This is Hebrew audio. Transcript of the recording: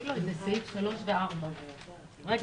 צמצמנו.